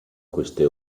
queste